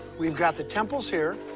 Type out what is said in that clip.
we've got the temples here.